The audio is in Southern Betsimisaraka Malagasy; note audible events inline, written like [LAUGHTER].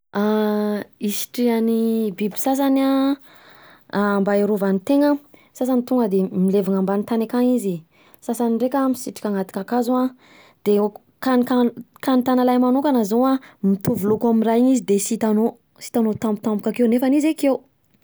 [HESITATION] Isitrihan’ny biby sasany an mba hiarovany tegna an, sasany tonga de milevina ambany tany akany izy, sasany ndreka misitrika anaty kakazo an, de, ka ny- ka ny tanalahy manokana zao an, mitovy loko amin’ny raha iny izy de sy hitanao, sy hitanao tampotampoka akeo, nefany izy akeo.